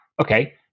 okay